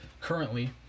currently